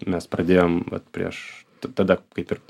mes pradėjom vat prieš t tada kaip ir